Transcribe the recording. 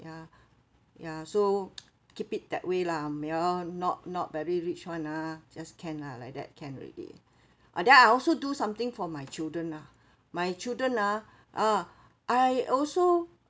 ya ya so keep it that way la we all not not very rich [one] ah just can lah like that can already ah then I also do something for my children lah my children ah ah I also